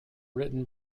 written